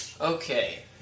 Okay